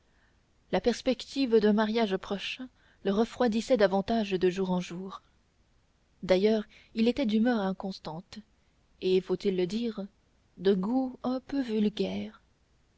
la perspective d'un mariage prochain le refroidissait davantage de jour en jour d'ailleurs il était d'humeur inconstante et faut-il le dire de goût un peu vulgaire